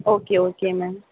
okay okay ma'am